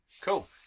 cool